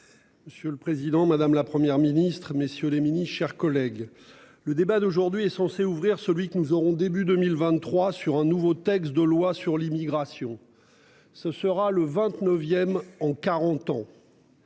Monsieur le président, madame, la Première ministre, messieurs les minis chers collègues. Le débat d'aujourd'hui est censé ouvrir celui que nous aurons début 2023 sur un nouveau texte de loi sur l'immigration. Ce sera le 29ème en 40 ans.--